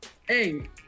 Hey